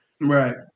Right